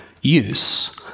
use